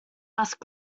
asked